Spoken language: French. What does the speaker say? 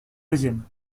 deuxième